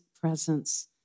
presence